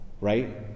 right